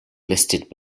listed